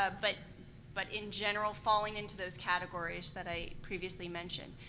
ah but but in general, falling into those categories that i previously mentioned.